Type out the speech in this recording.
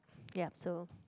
yep so